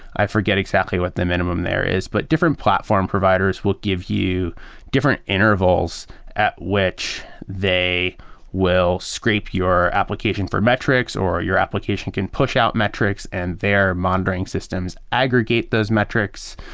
i forgot exactly what the minimum there is, but different platform providers will give you different intervals at which they will scrape your application for metrics or your application can push out metrics and their monitoring systems aggregate those metrics.